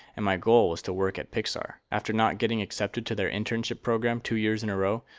and my goal was to work at pixar. after not getting accepted to their internship program two years in a row,